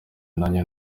nanjye